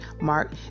Mark